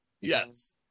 Yes